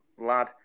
lad